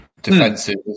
Defensive